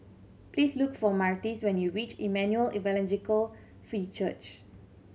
please look for Myrtis when you reach Emmanuel Evangelical Free Church